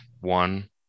One